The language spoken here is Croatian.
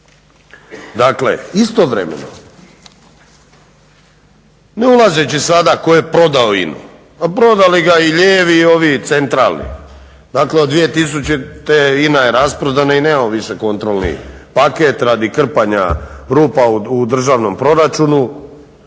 Dakle istovremeno ne ulazeći sada tko je prodao Inu, a prodali ga i lijevi i ovi centralni. Dakle od 2000. Ina je rasprodana i nemamo više kontrolni paket radi krpanja u državnom proračunu